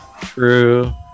True